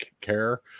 care